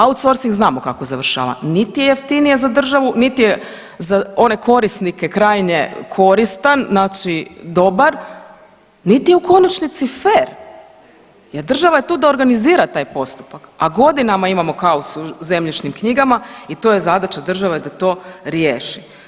Ousorcing znamo kako završava, niti jeftinije za državu niti je za one korisnike krajnje koristan, znači dobar, niti je u konačnici fer jer država je tu da organizira taj postupak, a godinama imamo kaos u zemljišnim knjigama i to je zadaća države da to riješi.